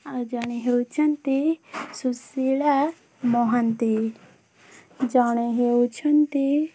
ଆଉ ଜଣେ ହେଉଛନ୍ତି ସୁଶୀଳା ମହାନ୍ତି ଜଣେ ହେଉଛନ୍ତି